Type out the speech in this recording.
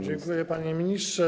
Dziękuję, panie ministrze.